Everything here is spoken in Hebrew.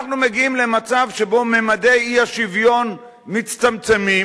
אנחנו מגיעים למצב שבו ממדי האי-שוויון מצטמצמים,